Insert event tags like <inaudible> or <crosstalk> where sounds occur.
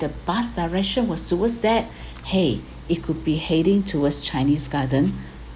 the bus direction was towards that <breath> !hey! it could be heading towards chinese garden